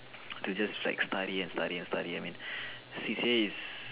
to just like study and study and study I mean C_C_A is